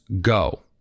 go